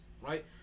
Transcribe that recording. Right